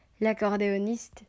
L'accordéoniste